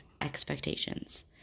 expectations